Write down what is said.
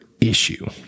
issue